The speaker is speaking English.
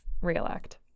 reelect